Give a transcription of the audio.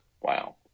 Wow